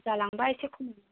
बुरजा लांबा एसे खम